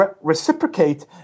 Reciprocate